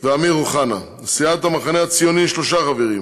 ואמיר אוחנה, לסיעת המחנה הציוני, שלושה חברים: